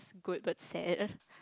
good but sad